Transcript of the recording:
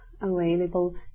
available